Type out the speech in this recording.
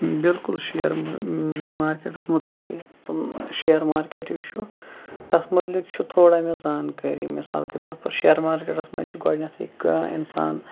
بِلکُل share markets متعلقٕے تِم شِیر مارکیٚٹ یُس چھُ تَتھ مُتعلِق چھُ تھوڑا مےٚ زانٛکٲری مِثال کے طور پر شِیر مارکیٚٹَس منٛز چھِ گۄڈٕنٮ۪تھٕے کانٛہہ اِنسان